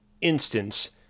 instance